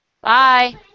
Bye